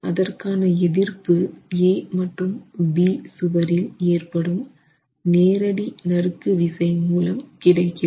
அதற்கான எதிர்ப்பு A மற்றும் B சுவரில் ஏற்படும் நேரடி நறுக்குவிசை மூலம் கிடைக்கிறது